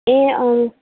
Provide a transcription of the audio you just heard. ए अँ